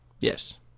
Yes